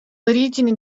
origini